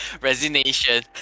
Resignation